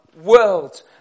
world